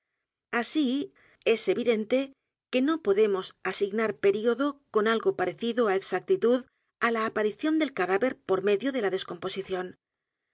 así es evidente que no podemos asignar período con algo parecido á exactitud á la aparición del cadáver por medio de la descomposición